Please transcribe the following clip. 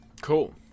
cool